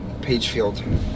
Pagefield